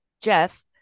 jeff